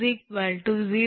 0222 0